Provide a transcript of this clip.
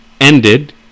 ended